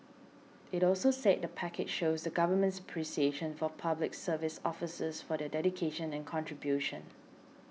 it also said the package shows the Government's appreciation of Public Service officers for their dedication and contribution